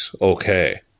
okay